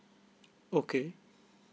okay